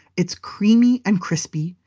it's creamy and crispy.